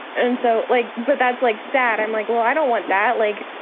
and so like but that's like sad. i'm like, well, i don't want that leg.